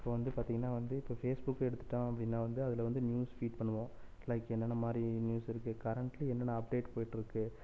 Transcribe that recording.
இப்போது வந்து பார்த்திங்கனா வந்து இப்போது ஃபேஸ்புக் எடுத்துகிட்டோம் அப்படின்னா வந்து அதில் வந்து நியூஸ் ஃபீட் பண்ணுவோம் லைக் என்னன்ன மாதிரி நியூஸ் இருக்குது கரெண்ட்லி என்னென்ன அப்டேட் போயிட்டு இருக்குது